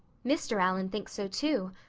mr. allan thinks so too.